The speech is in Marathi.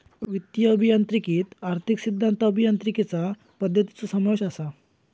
वित्तीय अभियांत्रिकीत आर्थिक सिद्धांत, अभियांत्रिकीचा पद्धतींचो समावेश असा